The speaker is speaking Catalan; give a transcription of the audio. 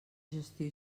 gestió